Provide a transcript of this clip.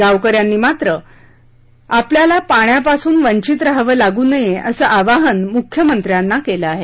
गावकऱ्यांनी मात्र आपल्याला पाण्यापासून वंचित राहावं लागू नये असं आवाहन मुख्यमंत्र्यांना केलं आहे